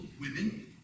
women